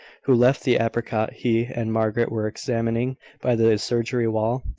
who left the apricot he and margaret were examining by the surgery wall,